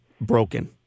broken